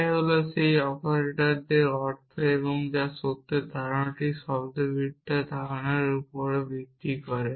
এটাই হল সেই অপারেটরদের অর্থ এবং সত্যের ধারণাটি শব্দার্থবিদ্যার ধারণার উপর ভিত্তি করে